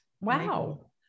wow